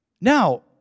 Now